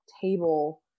table